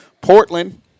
Portland